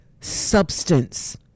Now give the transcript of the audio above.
substance